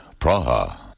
Praha